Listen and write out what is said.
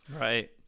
Right